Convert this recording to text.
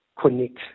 connect